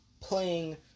Playing